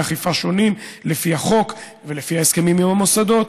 אכיפה שונים לפי החוק ולפי ההסכמים עם המוסדות,